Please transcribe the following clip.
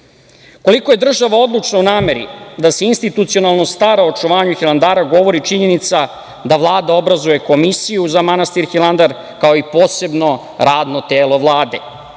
je država odlučna u nameri da se institucionalno stara o očuvanju Hilandara govori činjenica da Vlada obrazuje Komisiju za manastir Hilandar, kao i posebno radno telo